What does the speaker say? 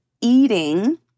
eating